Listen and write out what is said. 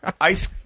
ice